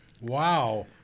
Wow